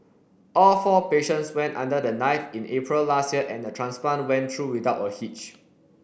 all four patients went under the knife in April last year and the transplant went through without a hitch